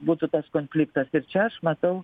būtų tas konfliktas ir čia aš matau